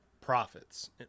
profits